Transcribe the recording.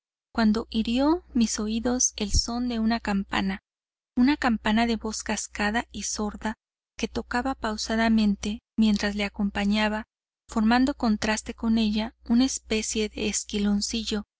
cuando hirió mis oídos el son de una campana una campana de voz cascada y sorda que tocaba pausadamente mientras le acompañaba formando contraste con ella una especie de